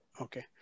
Okay